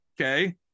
Okay